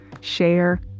share